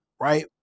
right